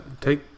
Take